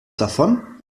davon